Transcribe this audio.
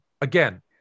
Again